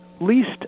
least